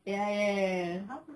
ya ya ya ya